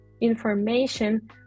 information